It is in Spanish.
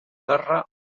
garra